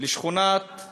לשכונת